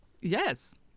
Yes